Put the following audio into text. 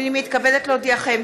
הינני מתכבדת להודיעכם,